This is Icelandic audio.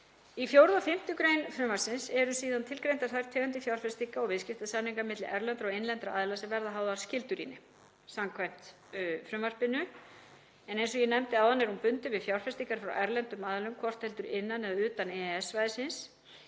Í 4. og 5. gr. frumvarpsins eru síðan tilgreindar þær tegundir fjárfestinga og viðskiptasamninga milli erlendra og innlendra aðila sem verða háðar skyldurýni samkvæmt frumvarpinu en eins og ég nefndi áðan er hún bundin við fjárfestingar frá erlendum aðilum, hvort heldur innan eða utan EES-svæðisins.